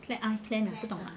那些 clans ah 不懂 lah